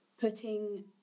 putting